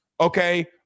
okay